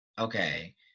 okay